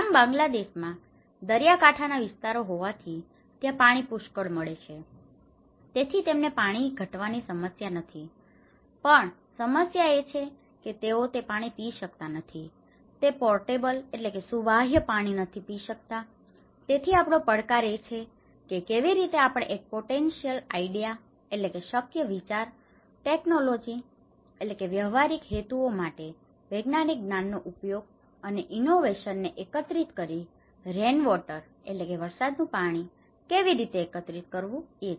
આમ બાંગ્લાદેશમાં દરિયાકાંઠાના વિસ્તારો હોવાથી ત્યાં પાણી પુષ્કળ મળે છે તેથી તેમને પાણી ઘટવાની સમસ્યા નથી પણ સમસ્યા એ છે કે તેઓ તે પાણી પી શકતા નથી તે પોર્ટેબલ portable સુવાહ્ય પાણી નથી તેથી આપણો પડકાર એ છે કે કેવી રીતે આપણે એક પોટેન્શ્યલ આઇડિયા potential idea શક્ય વિચાર ટેકનોલોજી technology વ્યવહારિક હેતુઓ માટે વિજ્ઞાનિક જ્ઞાનનો ઉપયોગ અને ઇનોવેશનને innovationનવીનીકરણ એકત્રિત કરીને રેનવોટર rainwater વરસાદી પાણી એકત્રિત કેવી રીતે કરવું એ છે